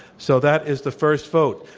so that is the first vote.